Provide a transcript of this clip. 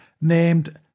named